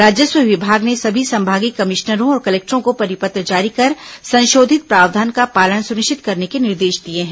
राजस्व विभाग ने सभी संभागीय कमिश्नरों और कलेक्टरों को परिपत्र जारी कर संशोधित प्रावधान का पालन सुनिश्चित करने के निर्देश दिए हैं